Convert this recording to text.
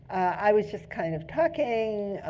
i was just kind of talking.